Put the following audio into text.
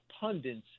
pundits